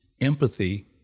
empathy